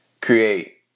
create